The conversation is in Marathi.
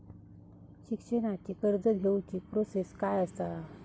शिक्षणाची कर्ज घेऊची प्रोसेस काय असा?